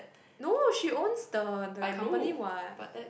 no she owns the the company what